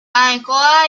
ainhoa